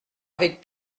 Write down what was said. avec